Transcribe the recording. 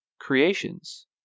creations